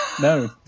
No